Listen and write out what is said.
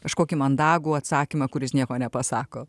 kažkokį mandagų atsakymą kuris nieko nepasako